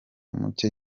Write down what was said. mucye